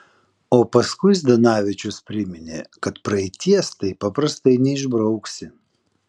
o paskui zdanavičius priminė kad praeities taip paprastai neišbrauksi